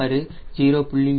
6 0